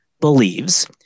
believes